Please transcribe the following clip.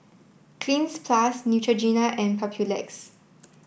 cleanz plus Neutrogena and Papulex